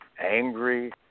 angry